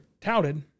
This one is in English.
touted